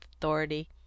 authority